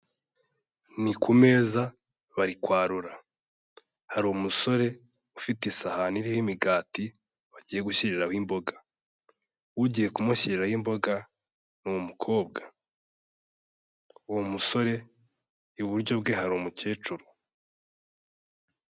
Ni ku meza bari kwarura, hari umusore ufite isahani iriho imigati bagiye gushyiriraho imboga, ugiye kumushyiraho imboga ni umukobwa, uwo musore iburyo bwe hari umukecuru.